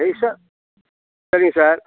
நைஸா சரிங்க சார்